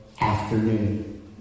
afternoon